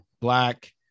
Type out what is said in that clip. black